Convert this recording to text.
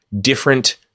different